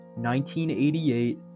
1988